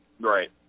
Right